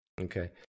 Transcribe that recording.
Okay